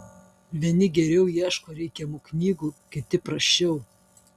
vieni geriau ieško reikiamų knygų kiti prasčiau